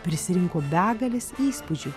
prisirinko begales įspūdžių